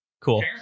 cool